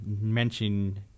mention